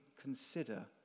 consider